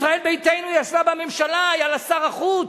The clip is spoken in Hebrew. ישראל ביתנו ישבה בממשלה, היה לה שר החוץ,